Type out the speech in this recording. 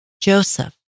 Joseph